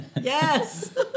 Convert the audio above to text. Yes